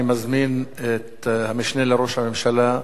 אני מזמין את המשנה לראש הממשלה,